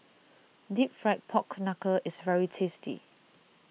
Deep Fried Pork Knuckle is very tasty